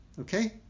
Okay